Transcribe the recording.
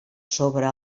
sobre